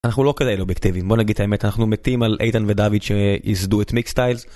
אנחנו לא כאלה אובייקטיבים, בוא נגיד את האמת, אנחנו מתים על איתן ודוד שיסדו את מיקס סטיילס.